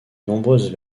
nombreuses